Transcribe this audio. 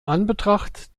anbetracht